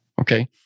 Okay